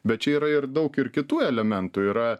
bet čia yra ir daug ir kitų elementų yra